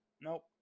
nope